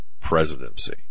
presidency